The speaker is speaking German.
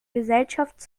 gesellschaft